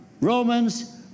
Romans